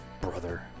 brother